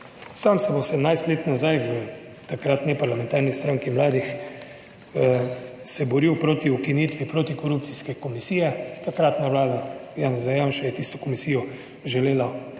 Sam sem 18 let nazaj v takratni parlamentarni stranki mladih, se boril proti ukinitvi protikorupcijske komisije. Takratna vlada Janeza Janše je tisto komisijo želela ukiniti.